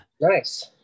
Nice